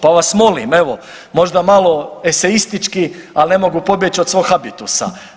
Pa vas molim, evo možda malo esejistički ali ne mogu pobjeći od svog habitusa.